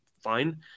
fine